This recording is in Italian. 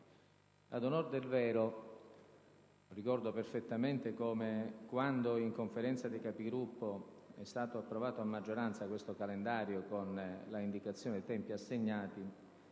Ad onor del vero, ricordo perfettamente come, quando in Conferenza dei Capigruppo è stato approvato a maggioranza questo calendario, con l'indicazione dei tempi assegnati,